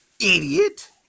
idiot